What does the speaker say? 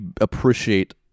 appreciate